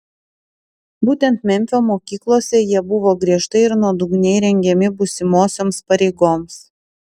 būtent memfio mokyklose jie buvo griežtai ir nuodugniai rengiami būsimosioms pareigoms